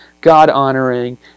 God-honoring